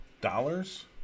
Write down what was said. dollars